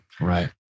right